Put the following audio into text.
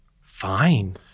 fine